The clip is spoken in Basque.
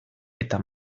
eta